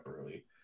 early